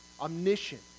omniscient